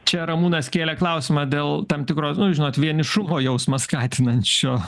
čia ramūnas kėlė klausimą dėl tam tikro nu žinot vienišumo jausmo skatinančio